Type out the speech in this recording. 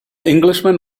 englishman